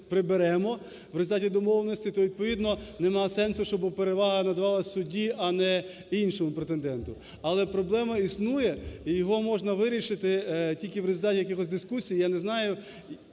приберемо в результаті домовленостей, то відповідно немає сенсу, щоб перевага надавалась судді, а не іншому претенденту. Але проблема існує, і її можна вирішити тільки в результаті якихось дискусій. Я не знаю,